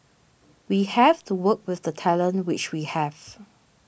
we have to work with the talent which we have